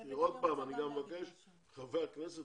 אני עוד פעם מבקש מחברי הכנסת,